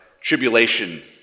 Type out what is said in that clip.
tribulation